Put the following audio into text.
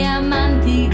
amanti